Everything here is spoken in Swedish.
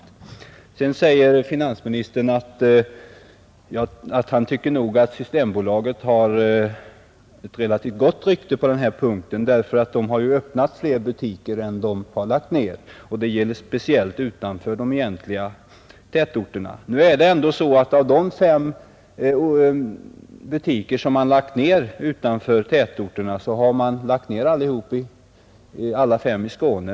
Vidare säger finansministern att han nog tycker att Systembolaget har ett relativt gott rykte på denna punkt, eftersom det har öppnats fler butiker än det har lagts ned. Det gäller speciellt utanför de egentliga tätorterna. Nu är det faktiskt så att alla de fem systembutiker som har lagts ned har varit i Skåne.